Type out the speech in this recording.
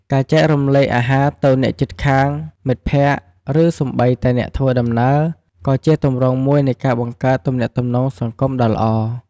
ការចែករំលែកអាហារទៅអ្នកជិតខាង មិត្តភ័ក្តិ ឬសូម្បីតែអ្នកធ្វើដំណើរ ក៏ជាទម្រង់មួយនៃការបង្កើតទំនាក់ទំនងសង្គមដ៏ល្អ។